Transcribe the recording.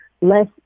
Less